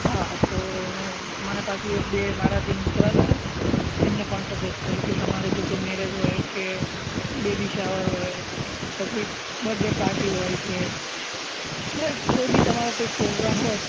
હા તો મને પાછું એક બે મારા જે મિત્ર હતા ને એમને પણ સજેસ કર્યું કે તમારે જો કોઈ મેરેજ હોય કે બેબી શાવર હોય કે પછી બડે પાર્ટી હોય છે એટલે કોઈ બી તમારો કોઈ પોગ્રામ હોય